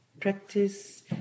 practice